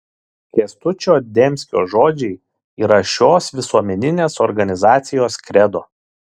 kęstučio demskio žodžiai yra šios visuomeninės organizacijos kredo